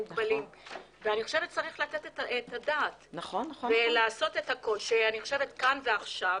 מוגבלים וצריך לתת את הדעת לעשות הכול כאן ועכשיו